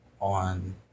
on